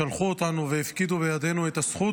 שלחו אותנו והפקידו בידינו את הזכות